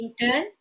intern